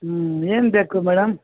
ಹ್ಞೂ ಏನು ಬೇಕು ಮೇಡಮ್